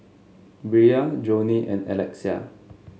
Bria Johney and Alexia